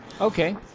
Okay